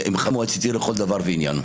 מועצת עיר לכל דבר ועניין.